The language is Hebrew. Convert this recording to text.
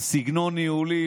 סגנון ניהולי.